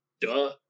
duh